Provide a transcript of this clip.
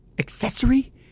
accessory